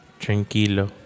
Tranquilo